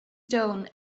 stone